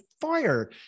fire